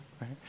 right